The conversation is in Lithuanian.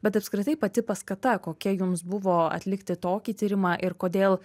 bet apskritai pati paskata kokia jums buvo atlikti tokį tyrimą ir kodėl